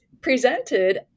presented